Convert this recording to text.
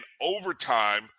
overtime